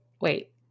wait